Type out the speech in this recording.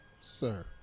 sir